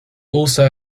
also